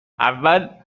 اول